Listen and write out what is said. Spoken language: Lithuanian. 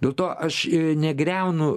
dėl to aš negriaunu